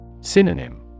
Synonym